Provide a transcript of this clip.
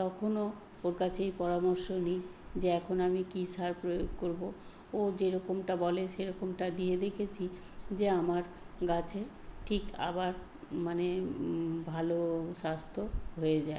তখনও ওর কাছেই পরামর্শ নিই যে এখন আমি কী সার প্রয়োগ করবো ও যেরকমটা বলে সেরকমটা দিয়ে দেখেছি যে আমার গাছে ঠিক আবার মানে ভালো স্বাস্থ্য হয়ে যায়